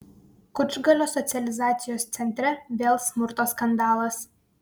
kučgalio socializacijos centre vėl smurto skandalas